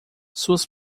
suas